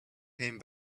came